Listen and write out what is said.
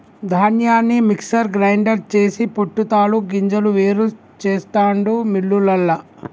ధాన్యాన్ని mixer grinder చేసి పొట్టు తాలు గింజలు వేరు చెస్తాండు మిల్లులల్ల